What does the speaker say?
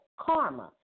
Karma